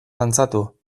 dantzatu